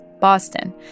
Boston